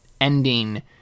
ending